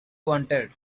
wanted